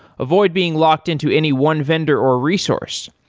avoid being locked-in to any one vendor or resource.